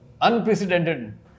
Unprecedented